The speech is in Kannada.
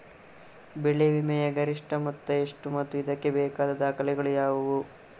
ಬೆಳೆ ವಿಮೆಯ ಗರಿಷ್ಠ ಮೊತ್ತ ಎಷ್ಟು ಮತ್ತು ಇದಕ್ಕೆ ಬೇಕಾದ ದಾಖಲೆಗಳು ಯಾವುವು?